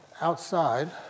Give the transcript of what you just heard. outside